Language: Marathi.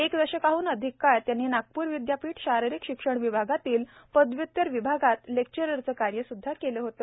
एक दशकाहन अधिक काळ त्यांनी नागपूर विद्यापीठ शारीरिक शिक्षण विभागातील पदव्युतर विभागात लेक्चररचे कार्य सुदधा केले होते